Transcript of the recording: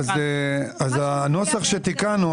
הנוסח שתיקנו,